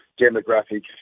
demographic